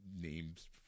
name's